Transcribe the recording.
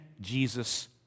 Jesus